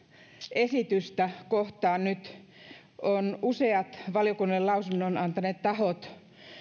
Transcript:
esitystä nyt ovat useat valiokunnalle lausunnon antaneet tahot